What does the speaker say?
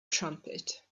trumpet